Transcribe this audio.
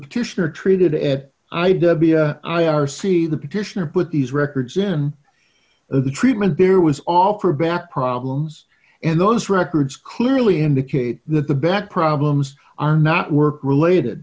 petitioner treated at ajdabiya i r c the petitioner put these records in the treatment there was offer back problems and those records clearly indicate that the back problems are not work related